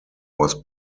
was